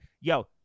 yo